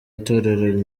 itorero